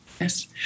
yes